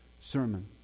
sermon